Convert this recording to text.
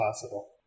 possible